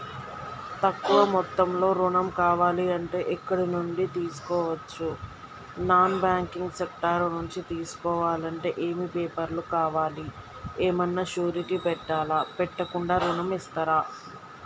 తక్కువ మొత్తంలో ఋణం కావాలి అంటే ఎక్కడి నుంచి తీసుకోవచ్చు? నాన్ బ్యాంకింగ్ సెక్టార్ నుంచి తీసుకోవాలంటే ఏమి పేపర్ లు కావాలి? ఏమన్నా షూరిటీ పెట్టాలా? పెట్టకుండా ఋణం ఇస్తరా?